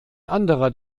anderer